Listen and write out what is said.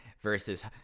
versus